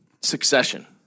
Succession